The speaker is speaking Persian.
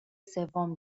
سوم